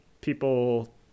people